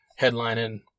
headlining